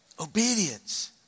obedience